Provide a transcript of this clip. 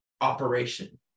operation